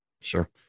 Sure